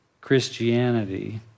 Christianity